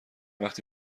وقتی